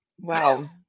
Wow